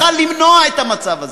היה יכול למנוע את המצב הזה.